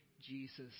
Jesus